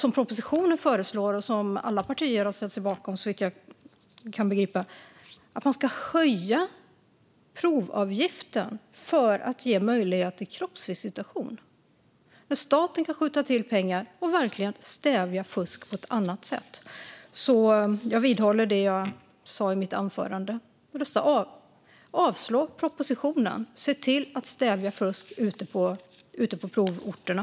I propositionen föreslås att provavgiften ska höjas för att ge möjlighet till kroppsvisitation, vilket alla andra partier har ställt sig bakom såvitt jag kan begripa, när staten kan skjuta till pengar och verkligen stävja fusk på ett annat sätt. Jag vidhåller därför det som jag sa i mitt anförande. Avslå propositionen, och se till att stävja fusk ute på provorterna!